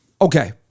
Okay